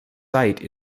site